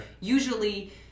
usually